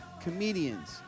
comedians